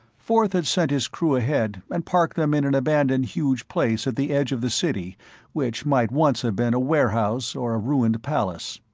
forth had sent his crew ahead and parked them in an abandoned huge place at the edge of the city which might once have been a warehouse or a ruined palace.